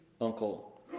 uncle